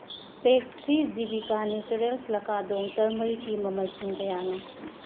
ꯄꯦꯛ three Jivika naturals ꯂꯀꯥꯗꯣꯡ ꯇꯔꯃꯔꯤꯛꯀꯤ ꯃꯃꯜꯁꯤꯡ ꯀꯌꯥꯅꯣ